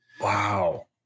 Wow